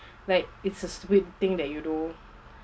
like it's a weird thing that you do